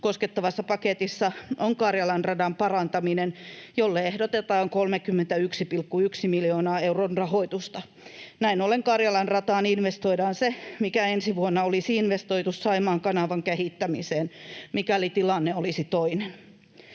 koskettavassa paketissa on Karjalan radan parantaminen, jolle ehdotetaan 31,1 miljoonan euron rahoitusta. Näin ollen Karjalan rataan investoidaan se, mikä ensi vuonna olisi investoitu Saimaan kanavan kehittämiseen, mikäli tilanne olisi toinen.